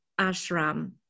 Ashram